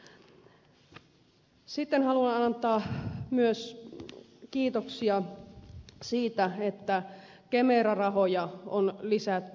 sitten haluan antaa myös kiitoksia siitä että kemera rahoja on lisätty